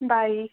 bye